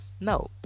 no